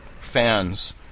fans